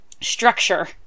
Structure